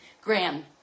Graham